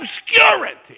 obscurity